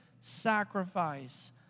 sacrifice